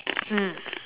mm